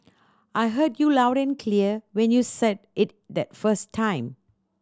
I heard you loud and clear when you said it the first time